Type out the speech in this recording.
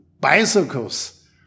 bicycles